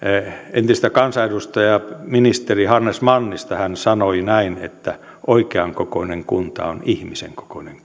entistä kansanedustajaa ja ministeriä hannes mannista hän sanoi että oikean kokoinen kunta on ihmisen kokoinen